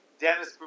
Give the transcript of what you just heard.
Dennis